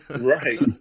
Right